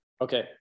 Okay